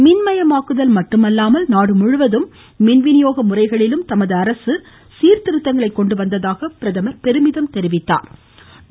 மின் மயமாக்குதல் மட்டுமல்லாமல் நாடுமுழுவதும் மின் விநியோக முறைகளிலும் தமது அரசு சீர்திருத்தங்களை கொண்டுவந்ததாக பெருமிதம் தெரிவித்தார்